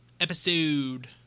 episode